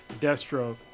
Deathstroke